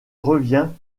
revient